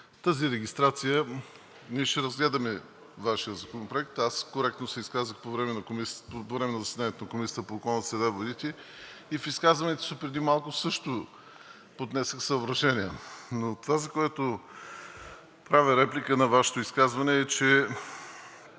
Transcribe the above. тази регистрация… Ние ще разгледаме Вашия законопроект. Аз коректно се изказах по време на заседанието на Комисията по околната среда и водите и в изказването си преди малко също поднесох съображения. Но това, за което правя реплика на Вашето изказване, е, че